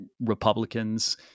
Republicans